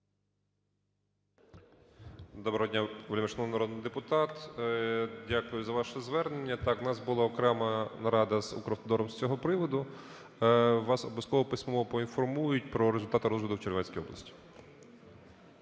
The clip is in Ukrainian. Доброго дня, вельмишановний народний депутат! Дякую за ваше звернення. Так, в нас була окрема нарада з "Укравтодором" з цього проводу. Вас обов'язково письмово поінформують про результати розгляду в Чернівецькій області.